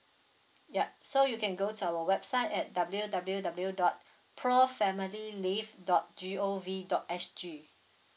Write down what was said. ya so you can go to our website at W W W dot pro family leave dot G O V dot S G